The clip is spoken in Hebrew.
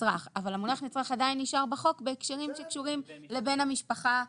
נצרך אבל המונח נצרך עדיין נשאר בחוק בהקשרים שקשורים לבן המשפחה.